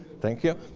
thank you.